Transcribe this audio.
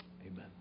Amen